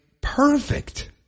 perfect